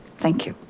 thank you.